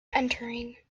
entering